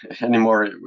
anymore